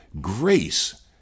grace